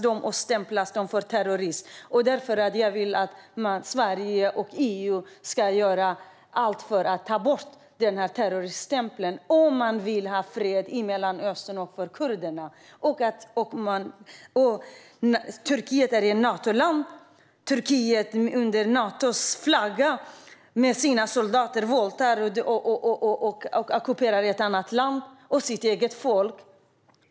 Därför vill jag att Sverige och EU ska göra allt för att ta bort denna terrorstämpel om man vill ha fred i Mellanöstern och för kurderna. Turkiet är ett Natoland. Under Natos flagga och med sina soldater våldtar Turkiet och ockuperar ett annat land och sitt eget folk.